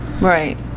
Right